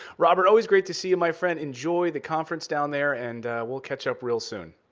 robert, always great to see you, my friend. enjoy the conference down there, and we'll catch up real soon.